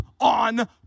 on